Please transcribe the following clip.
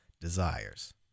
desires